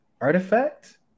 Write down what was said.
artifact